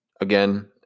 Again